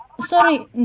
Sorry